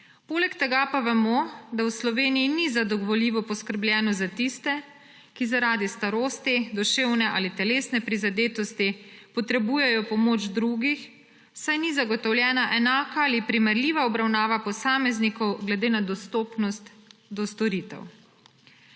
Poleg tega pa vemo, da v Sloveniji ni zadovoljivo poskrbljeno za tiste, ki zaradi starosti, duševne ali telesne prizadetosti potrebujejo pomoč drugih, saj ni zagotovljena enaka ali primerljiva obravnava posameznikov glede na dostopnost do storitev.